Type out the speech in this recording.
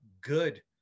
good